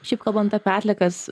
šiaip kalbant apie atliekas